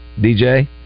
DJ